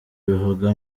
bivuga